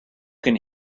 can